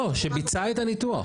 לא, שביצע את הניתוח.